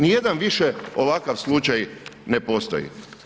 Nijedan više ovakav slučaj na postoji.